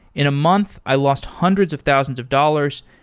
in a month, i lost hundreds of thousands of dollars,